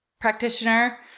practitioner